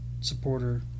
supporter